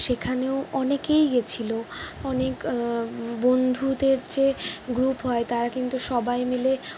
সেখানেও অনেকেই গিয়েছিল অনেক বন্ধুদের যে গ্রুপ হয় তারা কিন্তু সবাই মিলে